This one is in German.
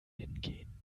hingehen